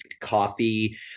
coffee